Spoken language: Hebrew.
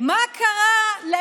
למה את לא דואגת?